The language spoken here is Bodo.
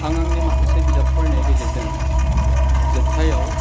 आं आंनि माखासे बिजाब फरायनाय गेजेरजों जोबथायाव